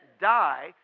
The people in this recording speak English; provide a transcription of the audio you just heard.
die